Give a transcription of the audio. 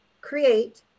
create